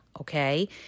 okay